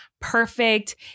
perfect